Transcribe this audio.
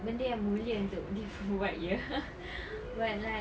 benda yang mulia untuk dibuat ye but like